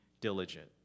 diligent